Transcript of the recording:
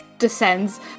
descends